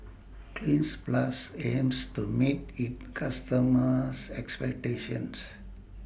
Cleanz Plus aims to meet its customers' expectations